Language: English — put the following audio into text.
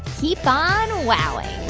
keep on wowing